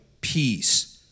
peace